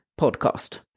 podcast